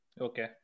Okay